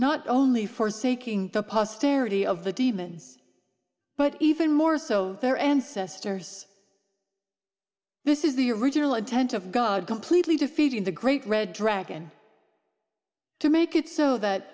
not only forsaking the posterity of the demons but even more so their ancestors this is the original intent of god completely defeating the great red dragon to make it so that